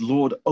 Lord